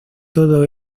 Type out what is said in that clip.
todo